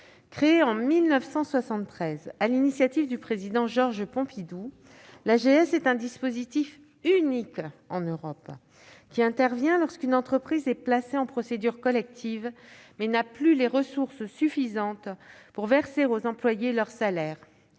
Créée en 1973 sur l'initiative du Président Georges Pompidou, l'AGS est un dispositif unique en Europe : elle intervient lorsqu'une entreprise, placée en procédure collective, n'a plus les ressources suffisantes pour verser aux employés leurs salaires